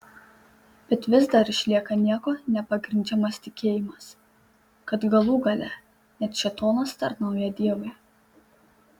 bet vis dar išlieka niekuo nepagrindžiamas tikėjimas kad galų gale net šėtonas tarnauja dievui